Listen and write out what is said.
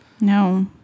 no